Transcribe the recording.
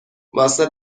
واسه